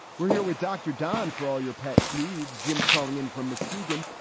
we're here with dr. don for all your pet needs. jim's calling in from muskegon.